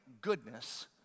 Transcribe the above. goodness